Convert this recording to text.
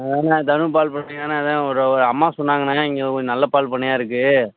அதுதாண்ண தனு பால் பண்ணையாண்ண அதுதான் ஒரு ஒரு அம்மா சொன்னாங்கண்ணா இங்கே கொஞ்சம் நல்ல பால் பண்ணையாக இருக்குது